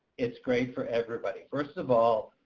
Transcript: it's great for everybody. first of all,